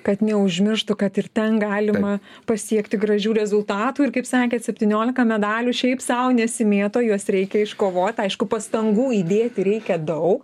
kad neužmirštų kad ir ten galima pasiekti gražių rezultatų ir kaip sakėt septyniolika medalių šiaip sau nesimėto juos reikia iškovot aišku pastangų įdėti reikia daug